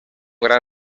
gran